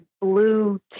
blue